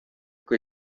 kui